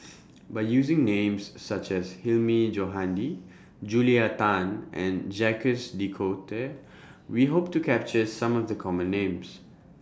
By using Names such as Hilmi Johandi Julia Tan and Jacques De Coutre We Hope to capture Some of The Common Names